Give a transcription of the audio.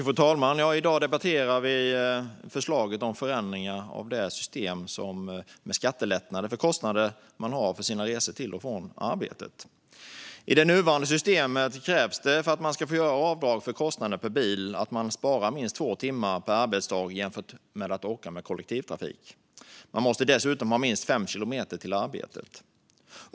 Fru talman! I dag debatterar vi förslaget om förändringar av systemet med skattelättnader för kostnader man har för sina resor till och från arbetet. I det nuvarande systemet krävs för att man ska få göra avdrag för kostnader för bil att man sparar minst två timmar per arbetsdag jämfört med att åka med kollektivtrafik. Man måste dessutom ha minst fem kilometer till arbetet.